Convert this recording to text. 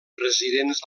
residents